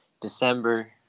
December